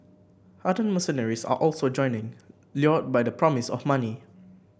hardened mercenaries are also joining lured by the promise of money